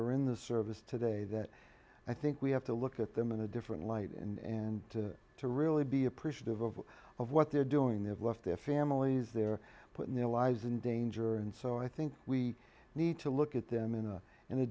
are in the service today that i think we have to look at them in a different light in to to really be appreciative of what of what they're doing that was their families their putting their lives in danger and so i think we need to look at them in a in a